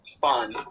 fun